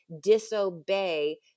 disobey